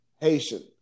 Haitian